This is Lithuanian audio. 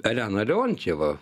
elena leontjeva